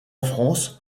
france